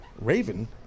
Raven